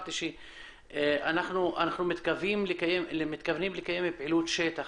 כשאמרתי שאנחנו מתכוונים לקיים פעילות שטח,